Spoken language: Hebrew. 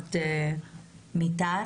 המשרד מיתר,